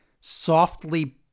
softly